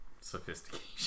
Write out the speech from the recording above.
sophistication